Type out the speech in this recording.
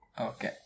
Okay